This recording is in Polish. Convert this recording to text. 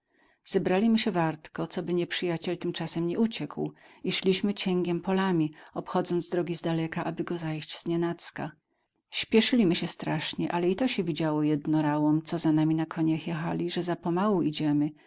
zebrali my sie wartko coby nieprzyjaciel tymczasem nie uciekł i szliśmy cięgiem polami obchodząc drogi zdaleka aby go zajść znienacka śpieszyli my sie strasznie ale i to sie widziało jednorałom co za nami na koniach jechali że za pomału idziemy